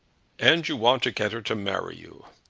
and you want to get her to marry you?